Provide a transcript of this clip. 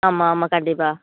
ஆமாம் ஆமாம் கண்டிப்பாக